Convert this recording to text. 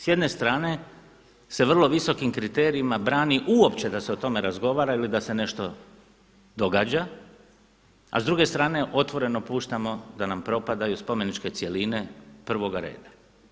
S jedne strane se vrlo visokim kriterijima brani uopće da se o tome razgovara ili da se nešto događa a s druge strane otvoreno puštamo da nam propadaju spomeničke cjeline prvoga reda.